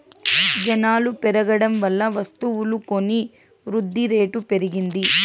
జనాలు పెరగడం వల్ల వస్తువులు కొని వృద్ధిరేటు పెరిగింది